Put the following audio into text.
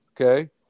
okay